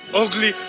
ugly